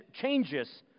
changes